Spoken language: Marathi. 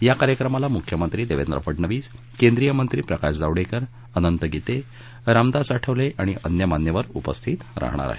या कार्यक्रमाला मुख्यमंत्री देवेंद्र फडणवीस केंद्रीय मंत्री प्रकाश जावडेकर अनंत गीते रामदास आठवले आणि अन्य मान्यवर उपस्थित राहणार आहेत